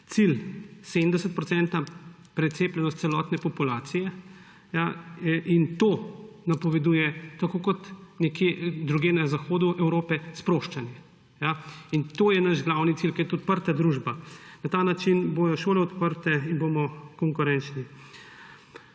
precepljenost celotne populacije in to napoveduje, tako kot nekje drugje na zahodu Evrope, sproščanje. To je naš glavni cilj kot odprte družbe. Na ta način bojo šole odprte in bomo konkurenčni.